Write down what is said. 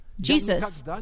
Jesus